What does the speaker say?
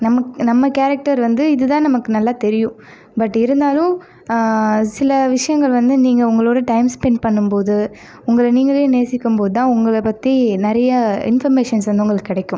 நம்ம கேரக்டர் வந்து இதுதான் நமக்கு நல்லா தெரியும் பட் இருந்தாலும் சில விஷயங்கள் வந்து நீங்கள் உங்களோடய டைம் ஸ்பென்ட் பண்ணும் போது உங்களை நீங்களே நேசிக்கும் போது தான் உங்களை பற்றி நிறைய இன்ஃபர்மேஷன் வந்து உங்களுக்கு கிடைக்கும்